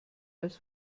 als